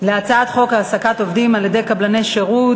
על הצעת חוק העסקת עובדים על-ידי קבלני שירות